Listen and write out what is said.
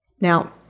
Now